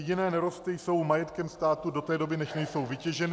Jiné nerosty jsou majetkem státu do té doby, než nejsou vytěženy.